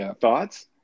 thoughts